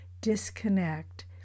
disconnect